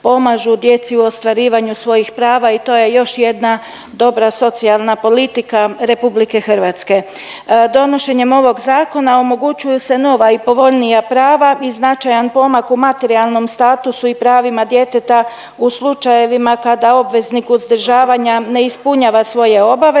pomažu djeci u ostvarivanju svojih prava i to je još jedna dobra socijalna politika RH. Donošenjem ovog Zakona omogućuju se nova i povoljnija prava i značajan pomak u materijalnom statusu i pravima djeteta u slučajevima kada obveznik uzdržavanja ne ispunjava svoje obaveze,